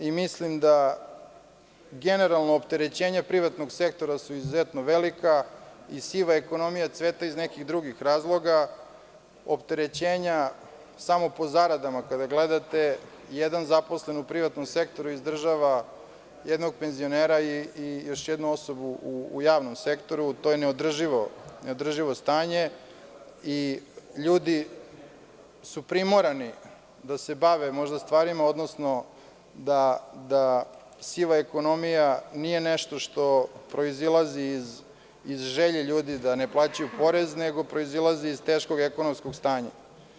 I mislim da generalno opterećenje privatnog sektora su izuzetno velika i siva ekonomija cveta iz nekih drugih razloga, opterećenja samo po zaradama kada gledate, jedan zaposlen u privatnom sektoru izdržava jednog penzionera i još jednu osobu u javnom sektoru to je neodrživo stanje i ljudi su primorani da se bave možda stvarima, odnosno da siva ekonomija nije nešto što proizilazi iz želje ljudi da ne plaćaju porez nego proizilazi iz teškog ekonomskog stanja.